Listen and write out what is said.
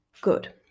good